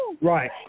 Right